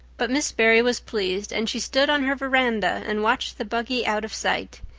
but miss barry was pleased, and she stood on her veranda and watched the buggy out of sight.